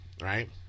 right